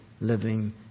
living